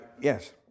yes